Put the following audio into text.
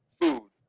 food